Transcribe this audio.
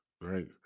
right